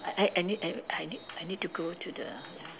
I I I need I need I need I need to go to the ya